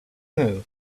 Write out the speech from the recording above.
know